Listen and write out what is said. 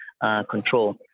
control